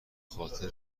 خاطر